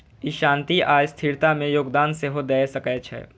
ई शांति आ स्थिरता मे योगदान सेहो दए सकै छै